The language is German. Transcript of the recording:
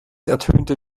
ertönte